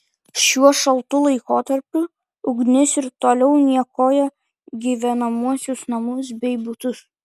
šiuo šaltu laikotarpiu ugnis ir toliau niokoja gyvenamuosius namus bei butus